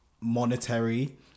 monetary